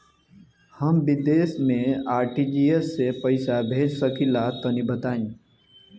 हम विदेस मे आर.टी.जी.एस से पईसा भेज सकिला तनि बताई?